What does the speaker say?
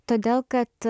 todėl kad